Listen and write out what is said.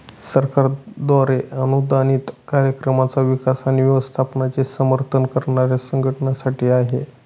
सरकारद्वारे अनुदानित कार्यक्रमांचा विकास आणि व्यवस्थापनाचे समर्थन करणाऱ्या संघटनांसाठी आहे